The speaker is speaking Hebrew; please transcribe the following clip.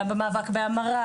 גם במאבק בהמרה,